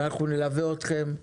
ואנחנו נלווה אתכם,